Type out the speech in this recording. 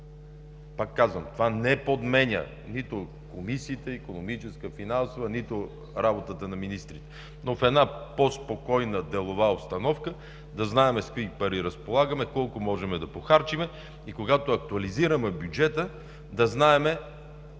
Пак казвам, това не подменя нито комисиите – Икономическа, Финансова, нито работата на министрите. Но в една по-спокойна делова обстановка да знаем с какви пари разполагаме, колко можем да похарчим и когато актуализираме бюджета да знаем